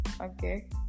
Okay